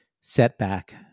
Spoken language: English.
setback